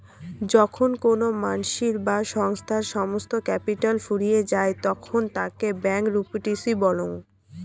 যখন কোনো মানসির বা সংস্থার সমস্ত ক্যাপিটাল ফুরিয়ে যায় তখন তাকে ব্যাংকরূপটিসি বলং